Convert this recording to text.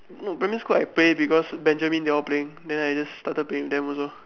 no primary school I play because benjamin they all playing then I just started playing with them also